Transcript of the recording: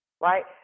right